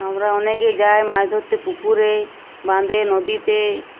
আমরা অনেকে যাই মাছ ধরতে পুকুরে বাঁধে নদীতে